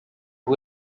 who